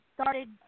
started